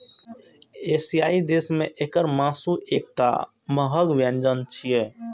एशियाई देश मे एकर मासु एकटा महग व्यंजन छियै